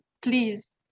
please